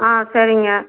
ஆ சரிங்க